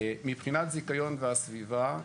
מבחינת זיכיון והסביבה,